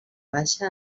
baixa